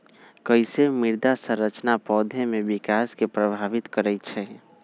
कईसे मृदा संरचना पौधा में विकास के प्रभावित करई छई?